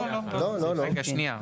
רגע, שנייה.